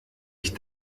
ich